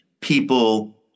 people